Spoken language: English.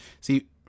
See